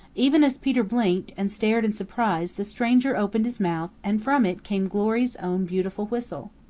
even as peter blinked and stared in surprise the stranger opened his mouth and from it came glory's own beautiful whistle.